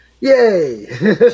Yay